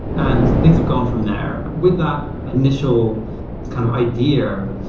and things have gone from there. with that initial kind of idea,